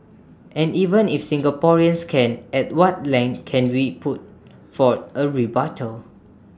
and even if Singaporeans can at what length can we put forth A rebuttal